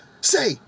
say